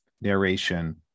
narration